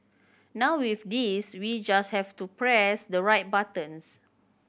now with this we just have to press the right buttons